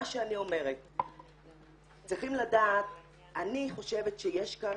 אני חושבת שיש כאן